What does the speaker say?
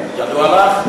ידוע לך?